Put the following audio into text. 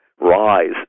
rise